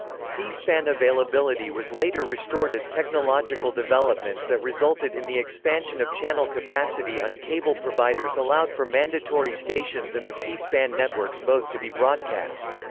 c-span availability was later restored as technological developments that resulted in the expansion of channel capacity on cable providers allowed for mandatory stations and the c-span networks both to be broadcast.